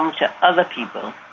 um to other people